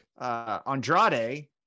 Andrade